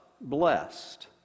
blessed